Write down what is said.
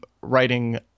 writing